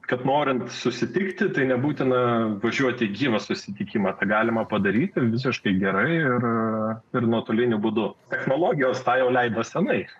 kad norint susitikti tai nebūtina bučiuoti gyvą susitikimą galima padaryti visiškai gerai ir ir nuotoliniu būdu technologijos tą jau leido senai